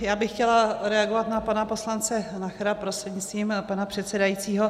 Já bych chtěla reagovat na pana poslance Nachera prostřednictvím pana předsedajícího.